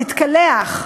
להתקלח,